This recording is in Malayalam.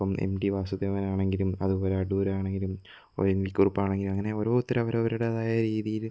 ഇപ്പം എം ടി വാസുദേവനാണെങ്കിലും അതുപോലെ അടൂരാണെങ്കിലും ഒ എൻ വി കുറുപ്പാണെങ്കിലും അങ്ങനെ ഓരോരുത്തര് അവരവരുടേതായ രീതിയില്